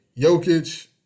Jokic